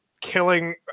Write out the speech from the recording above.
killing